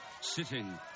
sitting